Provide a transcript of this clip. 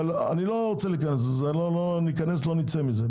אבל אני לא רוצה להיכנס לזה, אם ניכנס לא נצא מזה.